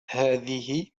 هذه